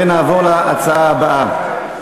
נעבור להצעה הבאה.